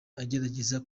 agerageza